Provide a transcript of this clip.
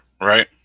right